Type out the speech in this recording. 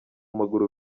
maguru